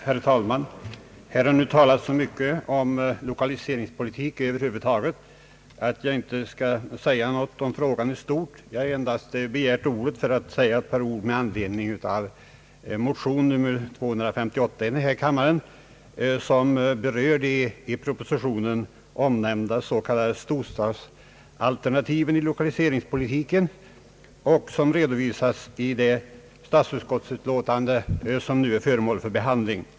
Herr talman! Här har talats så mycket om lokaliseringspolitik över huvud taget att jag inte skall säga något om frågan i stort. Jag har begärt ordet endast för att säga några ord med anledning av motion I: 258, som berör de i propositionen omnämnda s.k. storstadsalternativen i lokaliseringspolitiskt hänseende och som redovisas i det statsutskottets utlåtande som nu är föremål för behandling.